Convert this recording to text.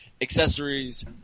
accessories